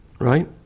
Right